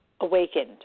awakened